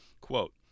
Quote